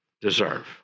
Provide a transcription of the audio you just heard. deserve